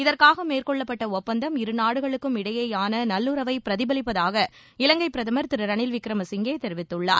இதற்காக மேற்கொள்ளப்பட்ட ஒப்பந்தம் இருநாடுகளுக்கும் இடையேயான நல்லுறவை பிரதிபலிப்பதாக இலங்கை பிரதமர் திரு ரணில் விக்ரமசிங்கே தெரிவித்துள்ளார்